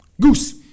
Goose